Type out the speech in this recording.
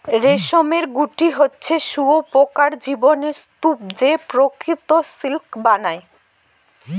রেশমের গুটি হচ্ছে শুঁয়োপকার জীবনের স্তুপ যে প্রকৃত সিল্ক বানায়